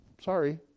Sorry